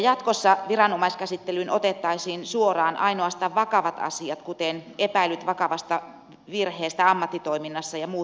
jatkossa viranomaiskäsittelyyn otettaisiin suoraan ainoastaan vakavat asiat kuten epäilyt vakavasta virheestä ammattitoiminnassa ja muut vastaavat